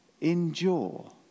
endure